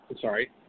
Sorry